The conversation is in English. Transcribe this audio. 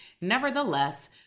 Nevertheless